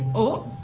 oh,